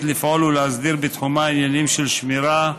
לפעול ולהסדיר בתחומה עניינים של שמירה,